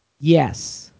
Yes